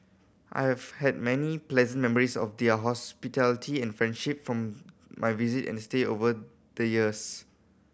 I have had many pleasant memories of their hospitality and friendship from my visit and stay over the years